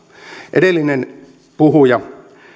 edellinen puhuja